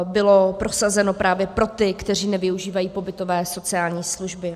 Bylo prosazeno právě pro ty, kteří nevyužívají pobytové sociální služby.